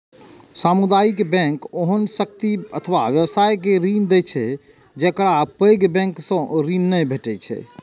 सामुदायिक बैंक ओहन व्यक्ति अथवा व्यवसाय के ऋण दै छै, जेकरा पैघ बैंक सं ऋण नै भेटै छै